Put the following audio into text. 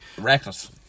Reckless